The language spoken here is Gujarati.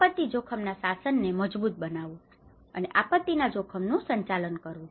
આપત્તિ જોખમના શાસનને મજબૂત બનાવવું અને આપત્તિના જોખમનુ સંચાલન કરવુ